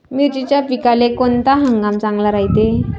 मिर्चीच्या पिकाले कोनता हंगाम चांगला रायते?